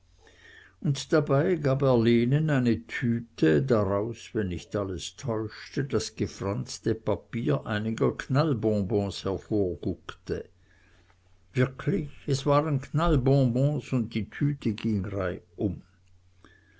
und dabei gab er lenen eine tüte daraus wenn nicht alles täuschte das gefranzte papier einiger knallbonbons hervorguckte wirklich es waren knallbonbons und die tüte ging reihum